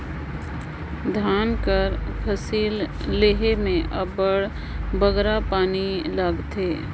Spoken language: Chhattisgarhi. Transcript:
धान कर फसिल लेहे में अब्बड़ बगरा पानी लागथे